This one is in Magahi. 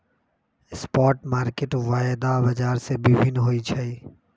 स्पॉट मार्केट वायदा बाजार से भिन्न होइ छइ